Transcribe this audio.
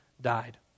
died